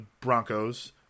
Broncos